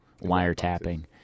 wiretapping